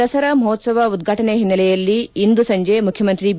ದಸರಾ ಮಹೋತ್ಸವ ಉದ್ಘಾಟನೆ ಹಿನ್ನೆಲೆಯಲ್ಲಿ ಇಂದು ಸಂಜೆ ಮುಖ್ಯಮಂತ್ರಿ ಬಿ